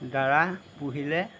দ্বাৰা পুহিলে